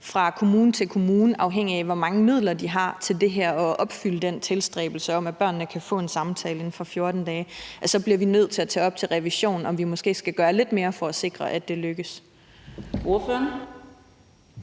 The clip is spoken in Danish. kan komme til, afhængigt af hvor mange midler de har til at opfylde den tilstræbelse om, at børnene kan få en samtale inden for 14 dage, så bliver vi nødt til at tage op til revision, om vi måske skal gøre lidt mere for at sikre, at det lykkes. Kl.